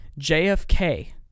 JFK